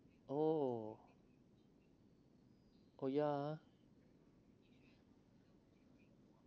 oh oh ya ha